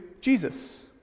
Jesus